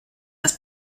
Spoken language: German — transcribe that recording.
dass